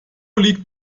liegt